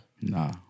Nah